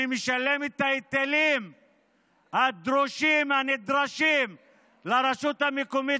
אני משלם את ההיטלים הנדרשים לרשות המקומית